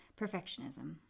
Perfectionism